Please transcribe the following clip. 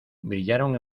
brillaron